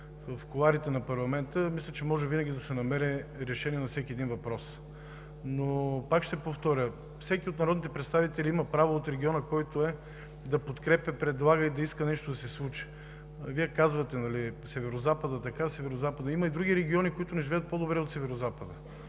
в кулоарите на парламента, мисля, че може винаги да се намери решение на всеки един въпрос. Пак ще повторя, всеки от народните представители има право от региона, от който е, да подкрепя, предлага и да иска нещо да се случи. Вие казвате, че Северозападът така, Северозападът… Има и други региони, които не живеят по-добре от Северозапада.